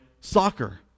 soccer